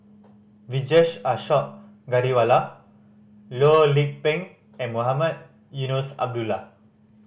Vijesh Ashok Ghariwala Loh Lik Peng and Mohamed Eunos Abdullah